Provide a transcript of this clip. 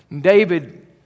David